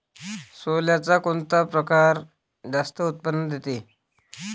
सोल्याचा कोनता परकार जास्त उत्पन्न देते?